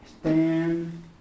stand